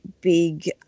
big